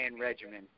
regimen